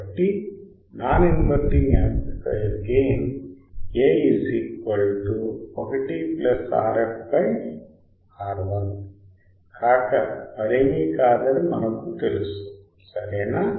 కాబట్టి non inverting amplifier gain A 1 RfRI కాక మరేమీ కాదని మనకు తెలుసు సరేనా